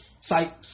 Psych